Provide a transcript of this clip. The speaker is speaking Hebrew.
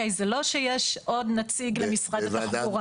זה לא שיש עוד נציג למשרד התחבורה.